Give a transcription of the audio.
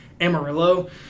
Amarillo